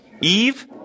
Eve